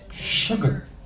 sugar